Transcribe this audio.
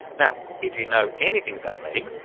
now, if you know anything about me,